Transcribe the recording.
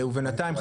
ובינתיים,